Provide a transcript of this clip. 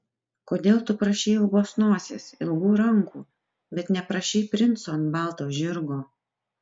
kodėl tu prašei ilgos nosies ilgų rankų bet neprašei princo ant balto žirgo